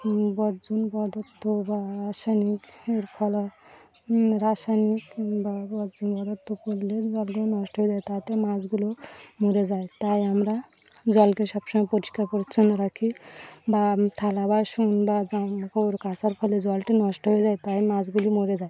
বর্জন পদার্থ বা রাসায়নিকের ফলা রাসায়নিক বা বর্জন পদার্থ পড়লে জলগুলো নষ্ট হয়ে যায় তাতে মাছগুলো মরে যায় তাই আমরা জলকে সবসময় পরিষ্কার পরিচ্ছন্ন রাখি বা থালা বাসন বা জাম কাপড় কাচার ফলে জলটি নষ্ট হয়ে যায় তাই মাছগুলি মরে যায়